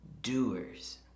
doers